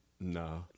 No